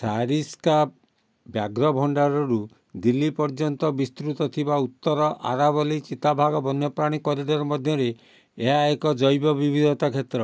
ସାରିସ୍କା ବ୍ୟାଘ୍ର ଭଣ୍ଡାରରୁ ଦିଲ୍ଲୀ ପର୍ଯ୍ୟନ୍ତ ବିସ୍ତୃତ ଥିବା ଉତ୍ତର ଆରାବଲୀ ଚିତାବାଘ ବନ୍ୟପ୍ରାଣୀ କରିଡ଼ର୍ ମଧ୍ୟରେ ଏହା ଏକ ଜୈବ ବିବିଧତା କ୍ଷେତ୍ର